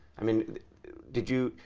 i mean did you,